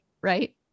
right